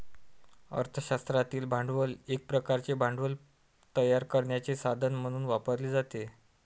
अर्थ शास्त्रातील भांडवल एक प्रकारचे भांडवल तयार करण्याचे साधन म्हणून वापरले जाते